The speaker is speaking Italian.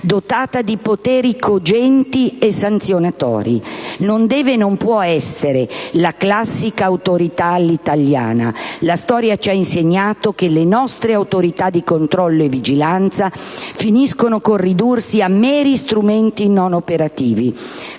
dotata di poteri cogenti e sanzionatori. Non deve e non può essere la classica autorità "all'italiana" poiché la storia ci ha insegnato che le nostre autorità di controllo e vigilanza finiscono con ridursi a meri strumenti non operativi.